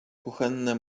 kuchenne